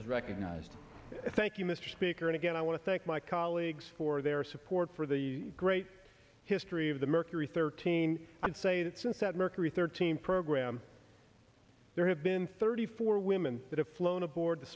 as recognized thank you mr speaker and again i want to thank my colleagues for their support for the great history of the mercury thirteen and say that since that mercury thirteen program there have been thirty four women that have flown aboard the